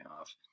off